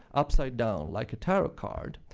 upside down, like a tarot card,